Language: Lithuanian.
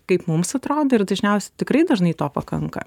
kaip mums atrodo ir dažniausiai tikrai dažnai to pakanka